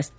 ರಸ್ತೆ